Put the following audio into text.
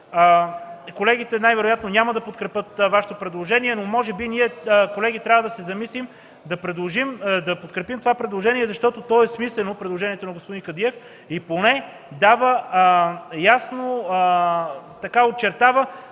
колегите най-вероятно няма да подкрепят Вашето предложение, но може би ние, колеги, трябва да се замислим да подкрепим това предложение, защото предложението на господин Кадиев е смислено и очертава